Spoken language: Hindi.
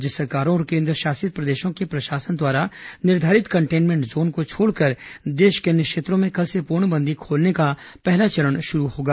राज्य सरकारों और केन्द्रशासित प्रदेशों के प्रशासन द्वारा निर्धारित कंटेनमेंट जोन को छोड़कर देश के अन्य क्षेत्रों में कल से पूर्णबंदी खोलने का पहला चरण शुरु होगा